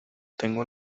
tengo